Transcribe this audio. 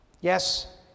Yes